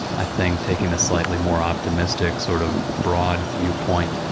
i think taking a slightly more optimistic, sort of broad viewpoint,